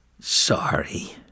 sorry